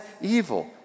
evil